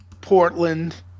Portland